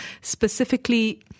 specifically